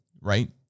right